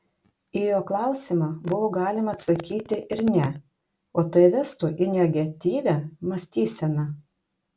į jo klausimą buvo galima atsakyti ir ne o tai vestų į negatyvią mąstyseną